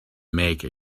make